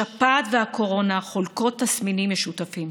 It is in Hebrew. השפעת והקורונה חולקות תסמינים משותפים.